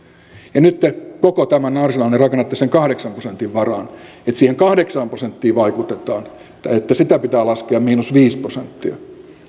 ja nyt te koko tämän arsenaalin rakennatte sen kahdeksan prosentin varaan siihen kahdeksaan prosenttiin vaikutetaan että sitä pitää laskea viisi prosenttia